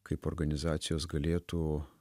kaip organizacijos galėtų